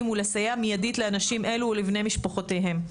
ולסייע מידית לאנשים אלו ולבני משפחותיהם,